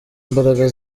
imbaraga